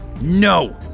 No